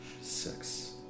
six